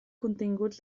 continguts